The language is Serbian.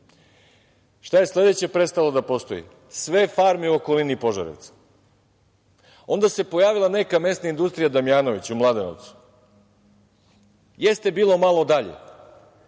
je sledeće prestalo da postoji? Sve farme u okolini Požarevca. Onda se pojavila neka mesna industrija „Damjanović“ u Mladenovcu. Jeste bilo malo dalje,